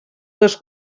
dos